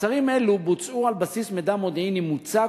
מעצרים אלו בוצעו על בסיס מידע מודיעיני מוצק